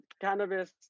cannabis